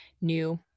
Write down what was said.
new